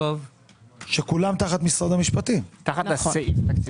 כולם תחת הסעיף - והתקציב